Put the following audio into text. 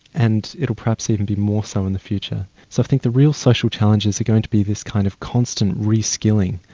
and it will perhaps even be more so in the future. so i think the real social challenges are going to be this kind of constant reskilling,